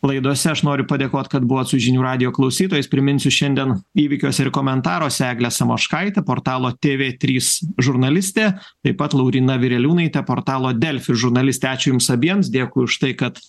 laidose aš noriu padėkot kad buvot su žinių radijo klausytojas priminsiu šiandien įvykiuose ir komentaruose eglė samoškaitė portalo tė vė trys žurnalistė taip pat lauryna vireliūnaitė portalo delfi žurnalistė ačiū jums abiems dėkui už tai kad